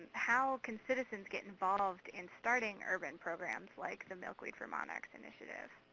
how can citizens get involved in starting urban programs, like the milkweeds for monarchs initiative?